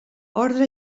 ordre